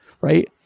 right